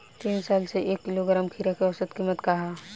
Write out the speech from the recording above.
तीन साल से एक किलोग्राम खीरा के औसत किमत का ह?